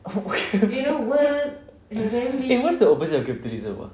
oh okay eh what's the opposite of capitalism ah